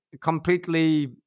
completely